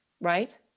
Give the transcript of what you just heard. right